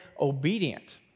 obedient